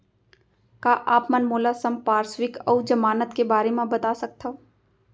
का आप मन मोला संपार्श्र्विक अऊ जमानत के बारे म बता सकथव?